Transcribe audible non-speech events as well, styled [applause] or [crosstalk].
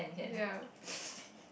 ya [laughs]